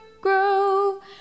grow